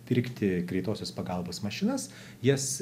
pirkti greitosios pagalbos mašinas jas